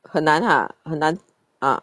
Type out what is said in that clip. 很难 !huh! 很难 ah